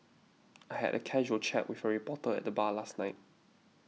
I had a casual chat with a reporter at the bar last night